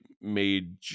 made